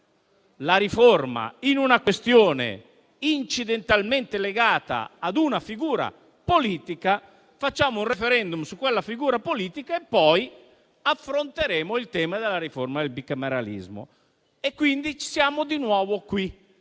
la riforma in una questione incidentalmente legata ad una figura politica, facciamo un *referendum* su quella figura politica e poi affronteremo il tema della riforma del bicameralismo. Ebbene, siamo di nuovo qui: